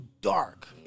dark